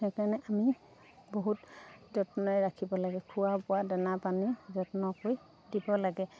সেইকাৰণে আমি বহুত যত্নৰে ৰাখিব লাগে খোৱা বোৱা দানা পানী যত্ন কৰি দিব লাগে